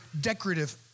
decorative